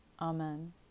Amen